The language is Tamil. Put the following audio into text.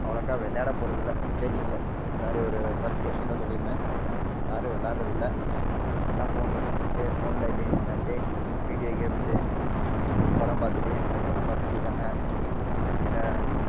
அவ்வளக்கா விளையாட போகிறதில்ல கேட்டீங்கல்ல முன்னாடி ஒரு கொஸ்டினில் சொல்லிருந்தேன் யாரும் விளாட்றதில்ல எல்லாம் ஃபோன் யூஸ் பண்ணிக்கிட்டு ஃபோனில் கேம் விளாண்ட்டு வீடியோ கேம்ஸு படம் பார்த்துட்டு என்னைய மாதிரி படம் பார்த்துட்டு இருக்காங்க இல்லை